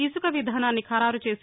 ఇసుక విధానాన్ని ఖరారుచేసి